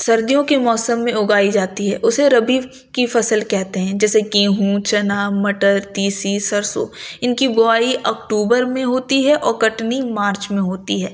سردیوں کے موسم میں اگائی جاتی ہے اسے ربیع کی فصل کہتے ہیں جیسے گیہوں چنا مٹر تیسی سرسوں ان کی بوائی اکتوبر اور کٹنی مارچ میں ہوتی ہے